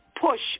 push